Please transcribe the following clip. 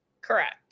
Correct